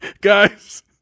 Guys